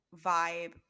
vibe